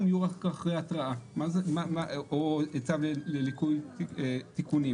יהיו רק אחרי התראה או צו לליקוי תיקונים.